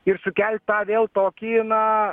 ir sukelt tą vėl tokį na